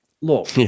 Look